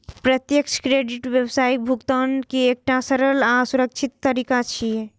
प्रत्यक्ष क्रेडिट व्यावसायिक भुगतान के एकटा सरल आ सुरक्षित तरीका छियै